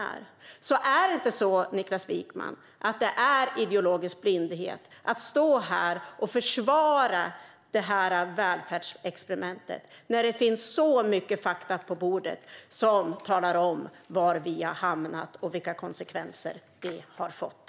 Är det inte så, Niklas Wykman, att det är ideologisk blindhet att stå här och försvara det här välfärdsexperimentet när det finns så mycket fakta på bordet som talar om var vi har hamnat och vilka konsekvenser det har fått?